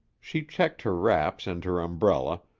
she checked her wrap and her umbrella,